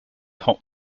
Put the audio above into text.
hot